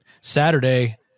Saturday